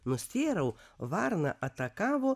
nustėrau varną atakavo